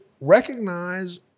recognize